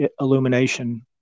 illumination